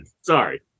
sorry